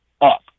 up